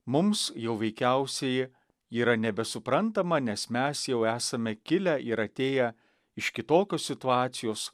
mums jau veikiausiai yra nebesuprantama nes mes jau esame kilę ir atėję iš kitokios situacijos